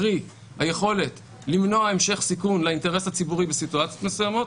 קרי היכולת למנוע המשך סיכון לאינטרס הציבורי בסיטואציות מסוימות,